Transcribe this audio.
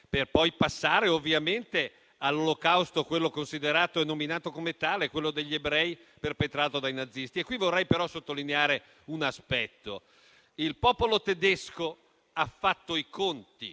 per poi passare ovviamente all'Olocausto, quello considerato e nominato come tale, quello degli ebrei perpetrato dai nazisti. Al riguardo vorrei però sottolineare un aspetto. Il popolo tedesco ha fatto i conti